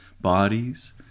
bodies